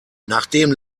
nachdem